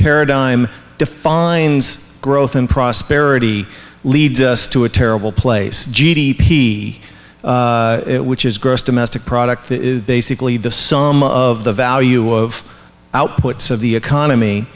paradigm defines growth and prosperity leads us to a terrible place g d p which is gross domestic product basically the sum of the value of outputs of the economy